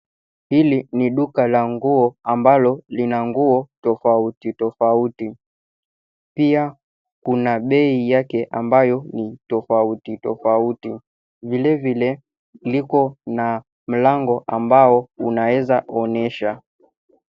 Hili ni duka la nguo, ambalo lina nguo, tofauti tofauti. Pia, kuna bei yake ambayo ni tofauti tofauti. Vilevile likona mlango ambao unaeza onyesha.